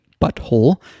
Butthole